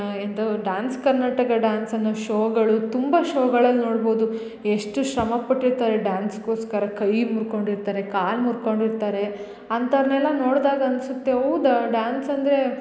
ಎಂಥವ dance Karnataka dance ಅನ್ನೋ ಶೋಗಳು ತುಂಬ ಶೋಗಳಲ್ಲಿ ನೋಡ್ಬೋದು ಎಷ್ಟು ಶ್ರಮ ಪಟ್ಟಿರ್ತಾರೆ ಡಾನ್ಸ್ಗೋಸ್ಕರ ಕೈ ಮುರ್ಕೊಂಡಿರ್ತಾರೆ ಕಾಲು ಮುರ್ಕೊಂಡಿರ್ತಾರೆ ಅಂಥವ್ರ್ನೆಲ್ಲ ನೋಡಿದಾಗ ಅನ್ಸುತ್ತೆ ಹೌದಾ ಡಾನ್ಸ್ ಅಂದರೆ